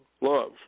Love